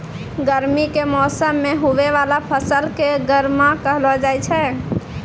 गर्मी के मौसम मे हुवै वाला फसल के गर्मा कहलौ जाय छै